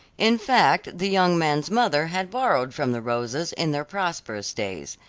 in fact the young man's mother had borrowed from the rosas in their prosperous days.